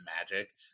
magic